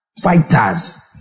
Fighters